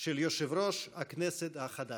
של יושב-ראש הכנסת החדש.